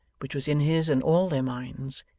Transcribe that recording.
which was in his and all their minds,